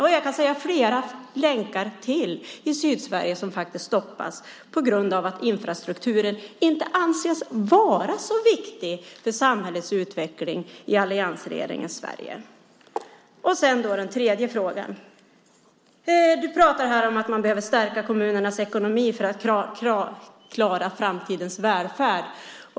Och jag kan nämna flera länkar ytterligare i Sydsverige som faktiskt stoppas på grund av att infrastrukturen inte anses vara så viktig för samhällets utveckling i alliansregeringens Sverige. Sedan var det då den tredje frågan. Du pratar här om att man behöver stärka kommunernas ekonomi för att klara framtidens välfärd.